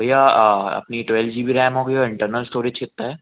भैया अपनी twelve GB बी रैम हो गई और इंटरनल स्टोरेज कितना है